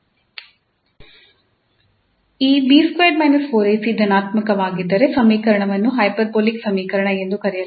ಈ 𝐵2 − 4𝐴𝐶 ಧನಾತ್ಮಕವಾಗಿದ್ದರೆ ಸಮೀಕರಣವನ್ನು ಹೈಪರ್ಬೋಲಿಕ್ ಸಮೀಕರಣ ಎಂದು ಕರೆಯಲಾಗುತ್ತದೆ